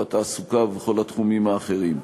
בתעסוקה ובכל התחומים האחרים.